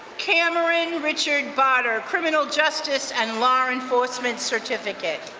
cameron richard botter, criminal justice and law enforcement certificate.